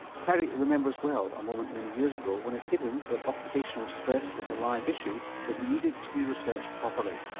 cary remembers well a moment many years ago when it hit him that occupational stress was a live issue that needed to be researched properly.